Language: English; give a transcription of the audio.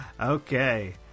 Okay